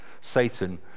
Satan